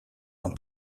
dans